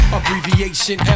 Abbreviation